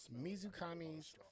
Mizukami's